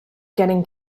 getting